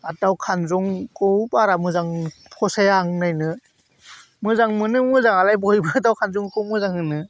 आर दाउ खानजंखौ बारा मोजां फसाया आं नायनो मोजां मोनो मोजाङालाय बयबो दाउ खानजंखौ मोजां होनो